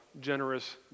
generous